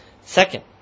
Second